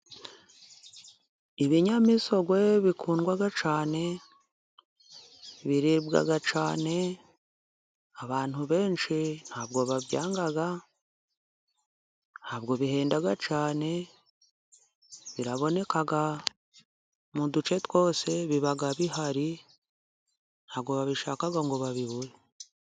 Ibinyamisogwe bikundwa cyane biribwa cyane, abantu benshi ntabwo babyanga ,ntabwo bihenda cyane biraboneka mu duce twose biba bihari ntabwo babishaka ngo babibure.